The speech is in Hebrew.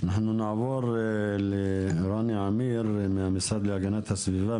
אנחנו נעבור לרני עמיר מהמשרד להגנת הסביבה,